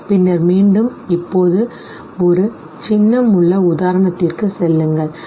பின்னர் மீண்டும் இப்போது ஒரு சின்னம் உள்ள உதாரணத்திற்குச் செல்லுங்கள் சரி